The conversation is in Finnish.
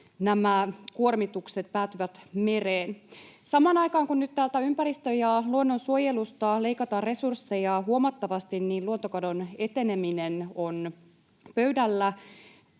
kuormitukset päätyvät mereen. Samaan aikaan, kun nyt täältä ympäristön- ja luonnonsuojelusta leikataan resursseja huomattavasti, luontokadon eteneminen on pöydällä.